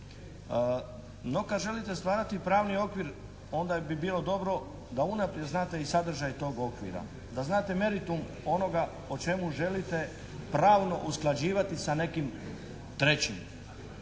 No, kad želite stvarati pravni okvir, onda bi bilo dobro da unaprijed znate i sadržaj tog okvira, da znate meritum onoga o čemu želite pravno usklađivati sa nekim trećim.